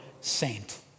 saint